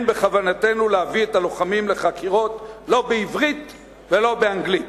להביא את הלוחמים לחקירות, לא בעברית ולא באנגלית.